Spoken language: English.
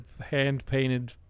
hand-painted